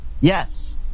Yes